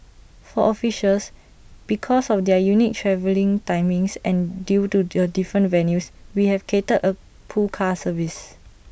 for officials because of their unique travelling timings and due to A different venues we have catered A pool car service